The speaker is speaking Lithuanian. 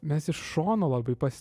mes iš šono labai pas